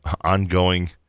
ongoing